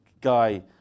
Guy